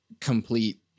complete